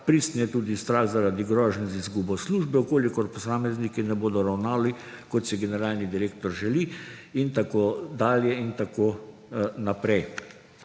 pristen je tudi strah zaradi grožnje z izgubo službe, v kolikor posamezniki ne bodo ravnali, kot si generalni direktor želi in tako dalje in tako naprej.